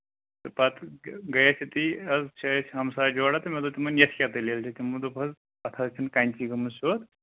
تہٕ پَتہٕ گٔے أسۍ أتی حظ چھِ اَسہِ ہَمساے جوراہ تہٕ مےٚ دوٚپ تِمَن یَتھ کیٛاہ دٔلیٖل چھِ تِمو دوٚپ حظ اَتھ حظ چھِنہٕ کَنچی گٔمٕژ سیوٚد